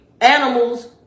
animals